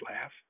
laugh